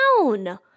down